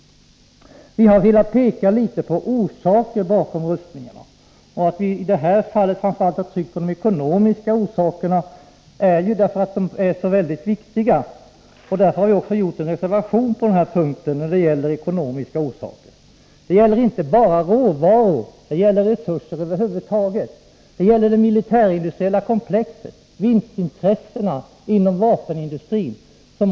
Vi har velat peka på orsakerna till rustningarna. Vi har framför allt tryckt på de ekonomiska orsakerna, eftersom de är så viktiga. Därför har vi också reserverat oss på denna punkt. Det är inte bara kampen om råvaror som ger upphov till konflikter och rustningar, det gäller resurser över huvud taget, det militärindustriella komplexet, vinstintressena inom vapenindustrin.